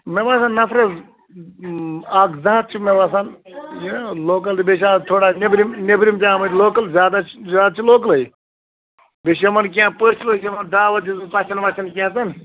مےٚ باسان نَفرس اَکھ زٕ ہتھ چھِ مےٚ باسان یہِ لوکل تہٕ بیٚیہِ چھِ اَز تھوڑا نیبرِم نیٚبرم تہِ آمٕتۍ لوکل زیادٕ حظ زیادٕ چھِ لوکلٕے بیٚیہِ چھِ یِمن کیٚنٛہہ پٔژھۍ لٔژھۍ یِوان دعوت دِژمٕژ پَژھن وَژھن کیٚنٛژن